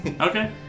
Okay